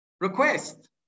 request